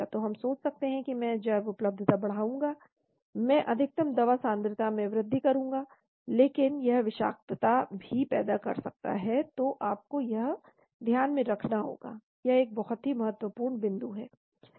तो हम सोच सकते हैं कि मैं जैवउपलब्धता बढ़ाऊंगा मैं अधिकतम दवा सांद्रता में वृद्धि करूंगा लेकिन यह विषाक्तता भी पैदा कर सकता है तो आपको यह ध्यान में रखना होगा यह एक बहुत ही महत्वपूर्ण बिंदु है